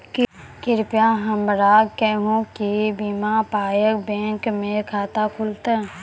कृपया हमरा कहू कि बिना पायक बैंक मे खाता खुलतै?